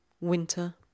Winter